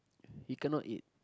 you cannot eat